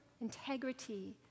integrity